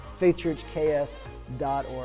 faithchurchks.org